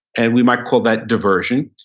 and we might call that diversion.